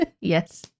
Yes